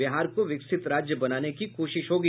बिहार को विकसित राज्य बनाने की कोशिश होगी